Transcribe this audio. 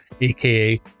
AKA